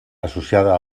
associada